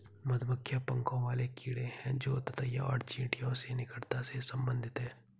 मधुमक्खियां पंखों वाले कीड़े हैं जो ततैया और चींटियों से निकटता से संबंधित हैं